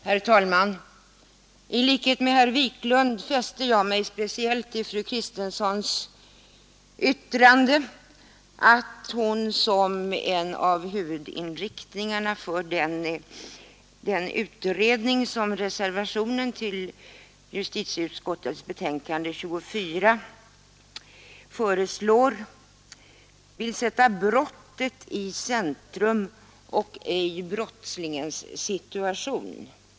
Herr talman! I likhet med herr Wiklund fäste jag mig speciellt vid fru Kristenssons yttrande att hon som en av huvudinriktningarna för den utredning, som reservationen till justitieutskottets betänkande nr 24 föreslår, vill sätta brottet i centrum och inte brottslingens situation.